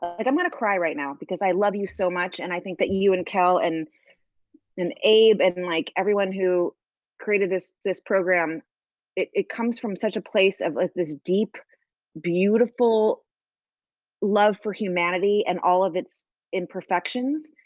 like i'm gonna cry right now because i love you so much and i think that you you and kel and and abe and like everyone who created this this program it comes from such a place of like this deep beautiful love for humanity and all of its imperfections.